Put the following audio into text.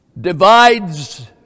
divides